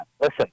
listen